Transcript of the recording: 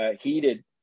heated